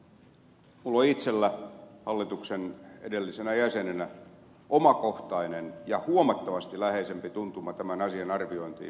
minulla on itselläni hallituksen edellisenä jäsenenä omakohtainen ja huomattavasti läheisempi tuntuma tämän asian arviointiin ed